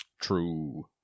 true